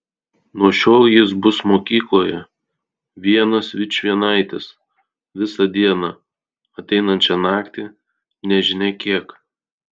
nuo šiol jis bus mokykloje vienas vičvienaitis visą dieną ateinančią naktį nežinia kiek